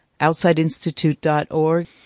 outsideinstitute.org